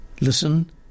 listen